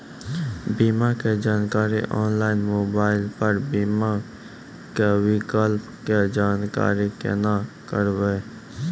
बीमा के जानकारी ऑनलाइन मोबाइल पर बीमा के विकल्प के जानकारी केना करभै?